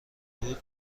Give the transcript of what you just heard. بود